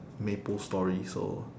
maplestory so